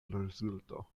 rezulto